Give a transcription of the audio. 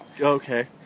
Okay